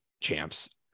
champs